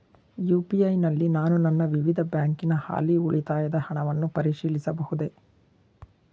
UPI ನಲ್ಲಿ ನಾನು ನನ್ನ ವಿವಿಧ ಬ್ಯಾಂಕಿನ ಹಾಲಿ ಉಳಿತಾಯದ ಹಣವನ್ನು ಪರಿಶೀಲಿಸಬಹುದೇ?